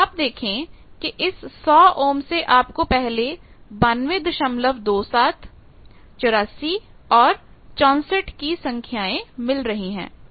तो आप देखें कि इस 100 ओम से आपको पहले 9227 84 64 की संख्याएं मिल रही हैं